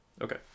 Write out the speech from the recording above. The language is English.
okay